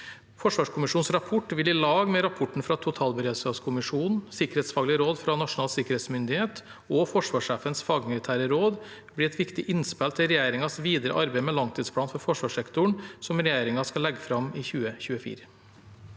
Forsvarskommisjonens rapport vil sammen med rapporten fra totalberedskapskommisjonen, sikkerhetsfaglig råd fra Nasjonal sikkerhetsmyndighet og forsvarssjefens fagmilitære råd bli et viktig innspill til regjeringens videre arbeid med langtidsplanen for forsvarssektoren, som regjeringen skal legge fram i 2024.